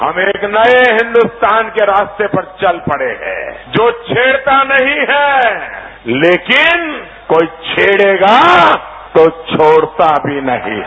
हम एक नये हिन्दुस्तान के रास्ते पर चल पड़े हैं जो छेड़ता नही है लेकिन कोई छेड़ेगा तो छोड़ता भी नहीं है